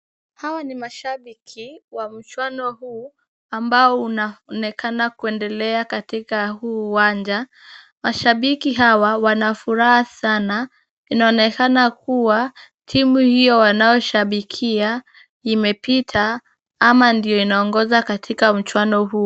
Hawa ni mashabiki wa mchuano huu, ambao unaonekana kuendelea katika huu uwanja. Mashabiki hawa wana furaha sana, inaonekana kuwa, timu hiyo wanayoshabikia imepita ama ndio inaongoza katika mchuano huu.